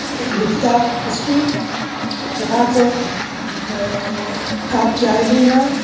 लिखिता अस्ति तथा च कात्यायनेन